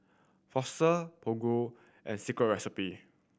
Fossil Prego and Secret Recipe